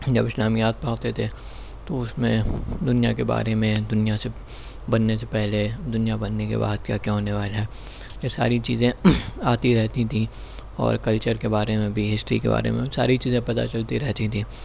جب اسلامیات پڑھتے تھے تو اس میں دنیا کے بارے میں دنیا سے بننے سے پہلے دنیا بننے کے بعد کیا کیا ہونے والا ہے یہ ساری چیزیں آتی رہتی تھیں اور کلچر کے بارے میں بھی ہسٹری کے بارے میں بھی ساری چیزیں پتہ چلتی رہتی تھیں